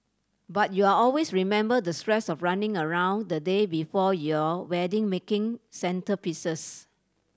but you are always remember the stress of running around the day before your wedding making centrepieces